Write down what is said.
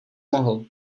mohl